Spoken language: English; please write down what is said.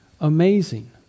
amazing